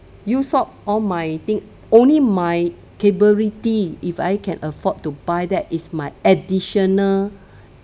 use up all my thing only my capability if I can afford to buy that is my additional